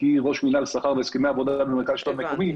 כי היא ראש מנהל שכר והסכמי עבודה במרכז השלטון המקומי.